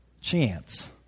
chance